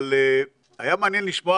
אבל היה מעניין לשמוע